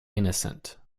innocent